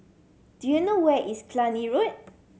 do you know where is Cluny Road